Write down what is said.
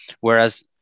whereas